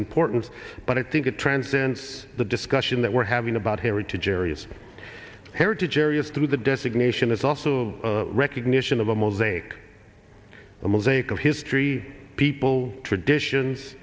importance but i think it transcends the discussion that we're having about heritage areas heritage areas through the designation is also a recognition of a mosaic a mosaic of history people traditions